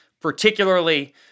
particularly